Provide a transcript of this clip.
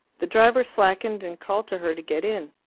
the driver slackened, and called to her to get in.